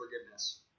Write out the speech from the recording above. forgiveness